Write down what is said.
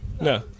No